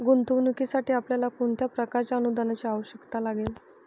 गुंतवणुकीसाठी आपल्याला कोणत्या प्रकारच्या अनुदानाची आवश्यकता लागेल?